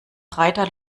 reiter